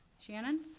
Shannon